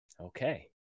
Okay